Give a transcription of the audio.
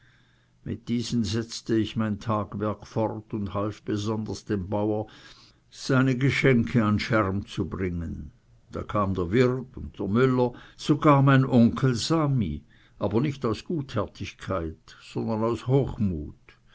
mit diesen setzte ich mein tagwerk fort half dem bauer seine geschenke an scherm bringen da kam der wirt und der müller dann mein onkel sami aber nicht aus gutherzigkeit sondern aus hochmut